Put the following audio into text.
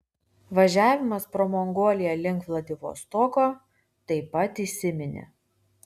važiavimas pro mongoliją link vladivostoko taip pat įsiminė